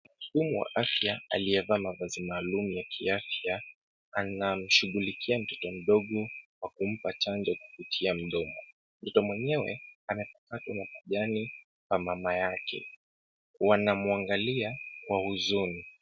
Mhudumu wa afya aliyevaa mavazi maalum ya kiafya, anamshughulikia mtoto mdogo kwa kumpa chanjo kupitia mdomo. Mtoto mwenyewe anapakatwa mapajani na mama yake. Wanamuangalia kwa huzuni.